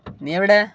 നീ എവിടെ